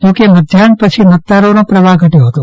જો કે મધ્યાનહન પછી મતદારોનો પ્રવાહ ઘટયો હતો